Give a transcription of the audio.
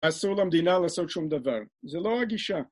אסור למדינה לעשות שום דבר. זה לא הגישה.